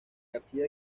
garcía